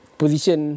position